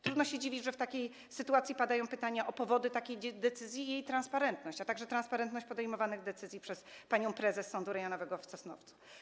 Trudno się dziwić, że w takiej sytuacji padają pytania o powody takiej decyzji i jej transparentność, a także transparentność podejmowanych decyzji przez panią prezes Sądu Rejonowego w Sosnowcu.